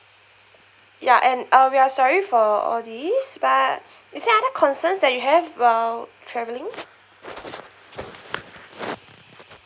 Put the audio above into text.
ya and um we are sorry for all these but is there other concerns that you have uh travelling